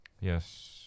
Yes